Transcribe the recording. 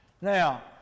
Now